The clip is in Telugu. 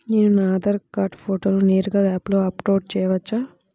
నేను నా ఆధార్ కార్డ్ ఫోటోను నేరుగా యాప్లో అప్లోడ్ చేయవచ్చా?